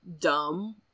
dumb